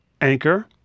anchor